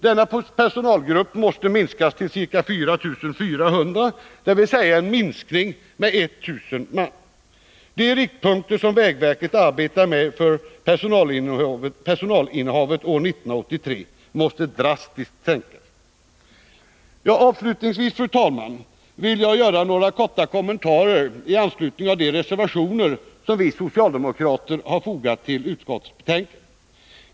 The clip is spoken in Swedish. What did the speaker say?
Denna personalgrupp måste minskas till ca 4 400, dvs. en minskning med 1000 man. De riktpunkter som vägverket arbetar med för personalinnehavet år 1983 måste drastiskt sänkas. Avslutningsvis, fru talman, vill jag göra några korta kommentarer i anslutning till de reservationer som vi socialdemokrater har fogat till utskottsbetänkandet.